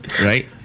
Right